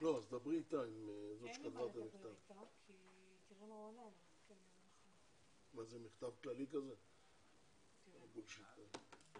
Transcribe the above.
הישיבה ננעלה בשעה 10:45.